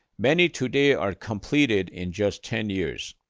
many today are completed in just ten years.